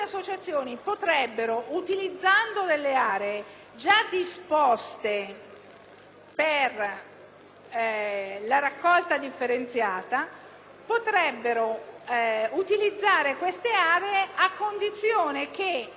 raccolta differenziata, a condizione che i beni che entrano nelle piattaforme non si vedano applicato il codice del catalogo europeo dei rifiuti